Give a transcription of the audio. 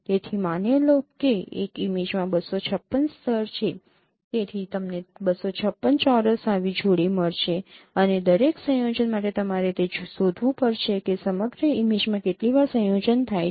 તેથી માની લો કે એક ઇમેજમાં ૨૫૬ સ્તર છે તેથી તમને ૨૫૬ ચોરસ આવી જોડી મળશે અને દરેક સંયોજન માટે તમારે તે શોધવું પડશે કે સમગ્ર ઇમેજમાં કેટલી વાર સંયોજન થાય છે